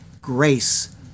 grace